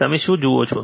તમે શું જુઓ છો